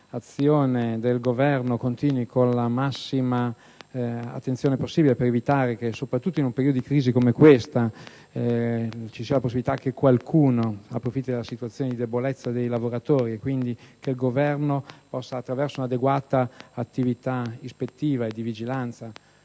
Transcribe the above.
che quest'azione continui con la massima attenzione al fine di evitare che, soprattutto in un periodo di crisi come questo, vi sia la possibilità che qualcuno approfitti della situazione di debolezza dei lavoratori. Auspico, quindi, che l'Esecutivo possa, attraverso un'adeguata attività ispettiva e di vigilanza